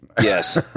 Yes